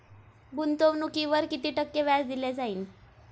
गुंतवणुकीवर किती टक्के व्याज दिले जाईल?